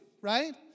right